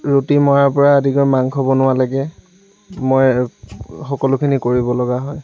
ৰুটি মৰাৰ পৰা আদি কৰি মাংস বনোৱালৈকে ময়ে সকলোখিনি কৰিব লগা হয়